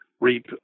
reap